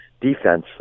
defense